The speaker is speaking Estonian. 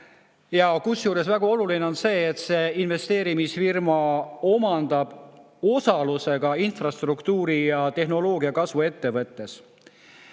Kusjuures väga oluline on see, et see investeerimisfirma omandab osaluse ka infrastruktuuri ja tehnoloogia kasvuettevõttes.